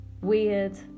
weird